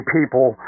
people